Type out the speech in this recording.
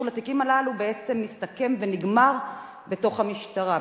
לתיקים הללו בעצם מסתכם ונגמר בתוך המשטרה,